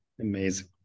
Amazing